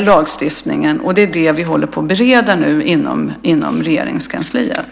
lagstiftningen. Det är det vi håller på och bereder inom Regeringskansliet.